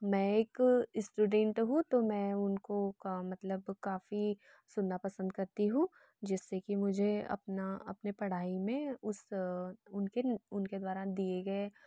मैं एक स्टूडेंट हूँ तो मैं उनको का मतलब काफ़ी सुनना पसंद करती हूँ जिससे कि मुझे अपना अपने पढ़ाई में उस उनके उनके द्वारा दिए गए